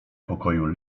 pokoju